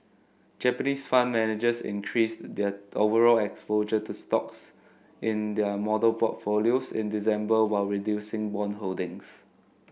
Japanese fund managers increased their overall exposure to stocks in their model portfolios in December while reducing bond holdings